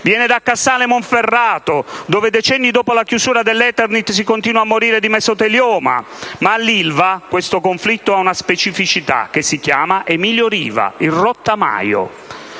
Viene da Casale Monferrato, dove decenni dopo la chiusura della Eternit si continua a morire di mesotelioma. Ma all'Ilva questo conflitto ha una specificità che si chiama Emilio Riva, il "rottamaio":